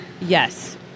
Yes